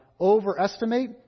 overestimate